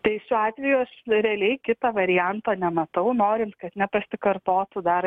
tai šiuo atveju aš realiai kito varianto nematau norint kad nepasikartotų dar